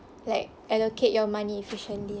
like allocate your money efficiently